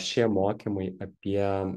šie mokymai apie